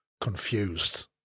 confused